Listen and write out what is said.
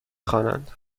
خوانند